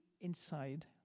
inside